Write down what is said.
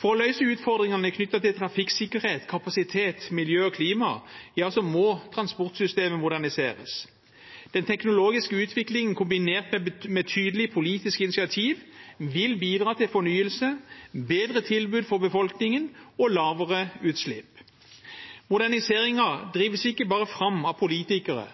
For å løse utfordringene knyttet til trafikksikkerhet, kapasitet, miljø og klima må transportsystemet moderniseres. Den teknologiske utviklingen kombinert med tydelige politiske initiativ vil bidra til fornyelse, bedre tilbud for befolkningen og lavere utslipp. Moderniseringen drives ikke bare fram av politikere,